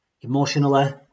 emotionally